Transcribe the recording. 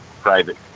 private